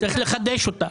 צריך לחדש אותה.